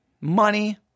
money